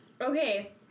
Okay